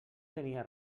tenia